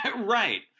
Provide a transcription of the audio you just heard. Right